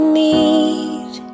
need